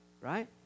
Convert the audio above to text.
Right